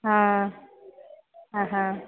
ആ ഹ്